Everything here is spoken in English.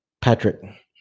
patrick